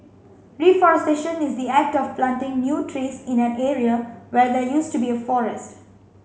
reforestation is the act of planting new trees in an area where there used to be a forest